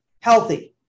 healthy